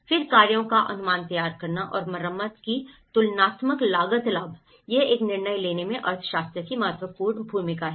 फिर कार्यों का अनुमान तैयार करना और मरम्मत की तुलनात्मक लागत लाभ यह एक निर्णय लेने में अर्थशास्त्र की महत्वपूर्ण भूमिका है